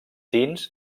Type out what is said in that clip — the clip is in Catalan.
dins